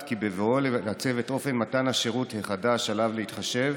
כי בבואו לעצב את אופן מתן השירות החדש עליו להתחשב